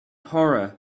horror